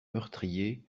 meurtriers